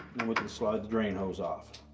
with the slide the drain hose off.